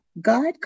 God